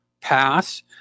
pass